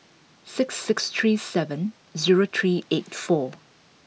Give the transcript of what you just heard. six six three seven zero three eight four